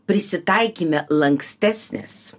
prisitaikyme lankstesnės